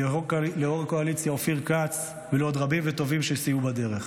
ליו"ר הקואליציה אופיר כץ ולעוד רבים וטובים שסייעו בדרך.